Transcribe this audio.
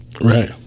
right